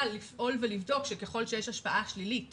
לפעול ולבדוק שככל שיש השפעה שלילית